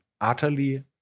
utterly